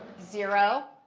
zero.